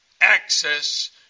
access